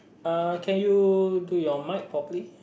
uh can you do your mic properly